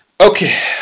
okay